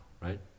right